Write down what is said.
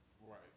right